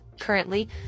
Currently